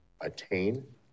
attain